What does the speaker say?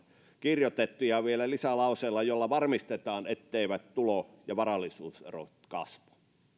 kirjoitettu ja vielä lisälauseella jolla varmistetaan etteivät tulo ja varallisuuserot kasva minusta